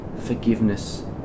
forgiveness